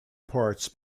parts